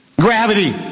Gravity